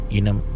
Inam